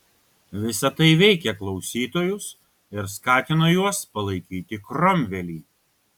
visa tai veikė klausytojus ir skatino juos palaikyti kromvelį